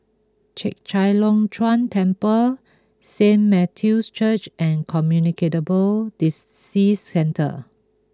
Chek Chai Long Chuen Temple Saint Matthew's Church and Communicate ball Disease Centre